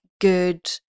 good